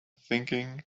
thinking